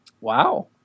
Wow